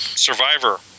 Survivor